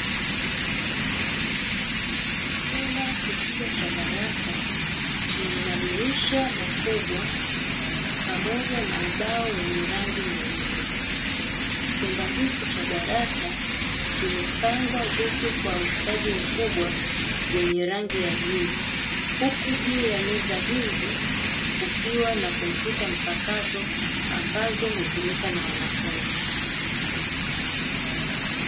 Chumba kikubwa cha darasa chenye madirisha makubwa pamoja na ubao wenye rangi nyeupe chumba hiki cha darasa kimepangwa viti kwa ustadi mkubwa vyenye rangi ya jua huku juu ya meza hizi kukiwa na kompyuta mpakato ambazo hutumika na wanafunzi.